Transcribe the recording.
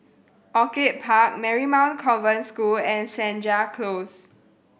Orchid Park Marymount Convent School and Senja Close